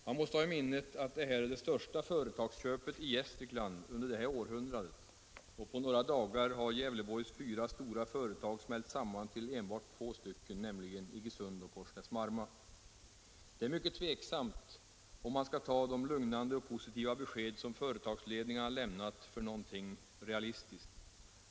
Man måste ha i minnet att det här är det största företagsköpet i Gästrikland under det här århundradet, och på några dagar har Gävleborgs fyra stora företag smält samman till endast två stycken, nämligen Iggesund och Korsnäs-Marma. Det är mycket tveksamt om man skall ta de lugnande och positiva besked som företagsledningarna lämnat för någonting realistiskt.